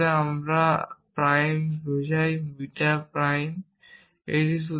তাহলে আমার alpha prime বোঝায় বিটা প্রাইম এটি